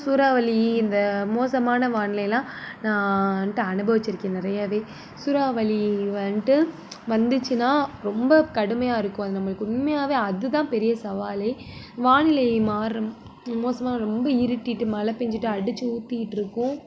சூறாவளி இந்த மோசமான வானிலைலாம் நான் வந்துட்டு அனுபவிச்சிருக்கேன் நிறையவே சூறாவளி வந்துட்டு வந்துச்சுன்னா ரொம்ப கடுமையாக இருக்கும் அது நம்மளுக்கு உண்மையாகவே அதுதான் பெரிய சவாலே வானிலை மாறும் மோசமாக ரொம்ப இருட்டிட்டு மழை பேய்ஞ்சிட்டு அடித்து ஊற்றிக்கிட்ருக்கும்